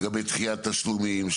לגבי דחיית תשלומים,